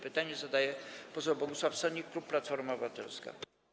Pytanie zadaje poseł Bogusław Sonik, klub Platforma Obywatelska.